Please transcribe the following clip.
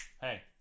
hey